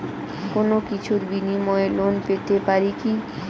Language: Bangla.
কোনো কিছুর বিনিময়ে লোন পেতে পারি কি?